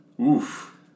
Oof